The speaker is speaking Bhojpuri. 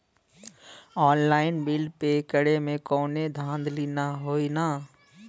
ऑनलाइन बिल पे करे में कौनो धांधली ना होई ना?